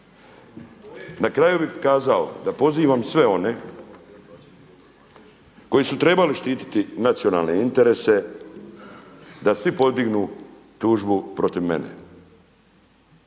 Na kraju bih kazao da pozivam sve one koji su trebali štititi nacionalne interese da svi podignu tužbu protiv mene.